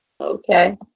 Okay